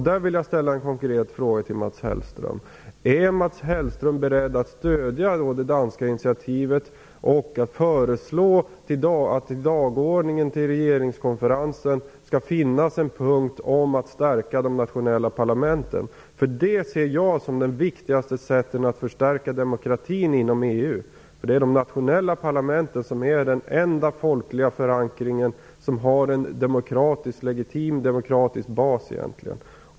Där vill jag ställa en konkret fråga till Mats Hellström: Är Mats Hellström beredd att stödja det danska initiativet och att föreslå att på dagordningen för regeringskonferensen skall finnas en punkt om att stärka de nationella parlamenten? Det ser jag som det viktigaste sättet att förstärka demokratin inom EU. De nationella parlamenten är den enda folkliga förankringen. Det är de som har en legitim demokratisk bas.